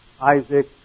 Isaac